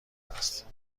است